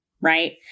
right